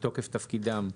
מתוקף תפקידם.